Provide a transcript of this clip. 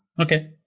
Okay